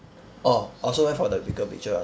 orh I also went for the bigger picture one